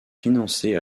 financées